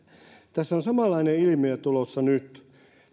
tässä on samanlainen ilmiö tulossa nyt